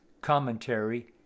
commentary